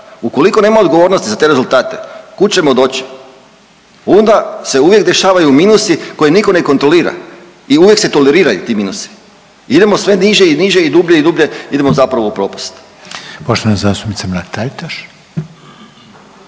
Ukoliko nema odgovornosti za te rezultate, kud ćemo doći? Onda se uvijek dešavaju minusi koje nitko ne kontrolira i uvijek se toleriraju ti minusi. Idemo sve niže i niže, i dublje i dublje, idemo zapravo u propast. **Reiner, Željko